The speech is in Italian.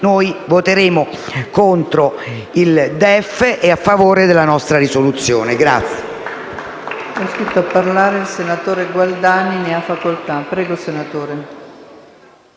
noi voteremo contro il DEF e a favore della nostra risoluzione.